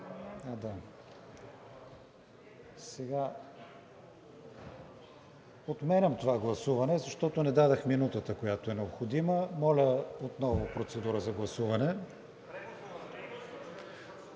„Няма кворум!“) Отменям това гласуване, защото не дадох минутата, която е необходима. Моля отново процедура за гласуване.